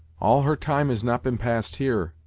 all her time has not been passed here,